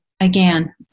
again